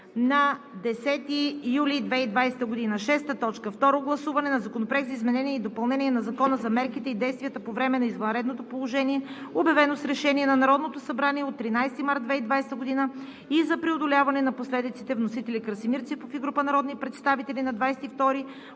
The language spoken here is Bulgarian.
10 юли 2020 г. 6. Второ гласуване на Законопроекта за изменение и допълнение на Закона за мерките и действията по време на извънредното положение, обявено с решение на Народното събрание от 13 март 2020 г., и за преодоляване на последиците. Вносители – Красимир Ципов и група народни представители, 22